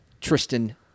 Tristan